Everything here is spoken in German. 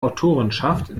autorenschaft